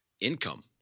income